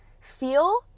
Feel